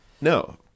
No